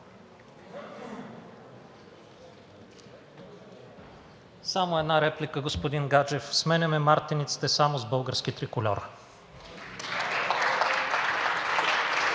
Само една реплика, господин Гаджев. Сменяме мартениците само с български трикольор.